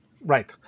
Right